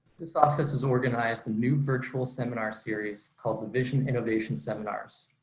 this office has organized a new virtual seminar series called the vision innovation seminars,